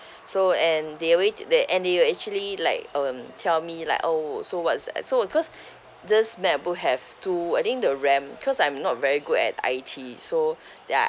so and they alrea~ they and they will actually like um tell me like oh so what is that so because this macbook have two I think the RAM cause I'm not very good at I_T so ya